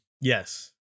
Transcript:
Yes